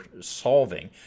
solving